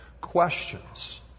questions